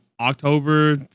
October